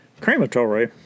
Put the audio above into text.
crematory